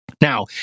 Now